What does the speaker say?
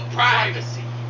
privacy